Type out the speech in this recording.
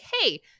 hey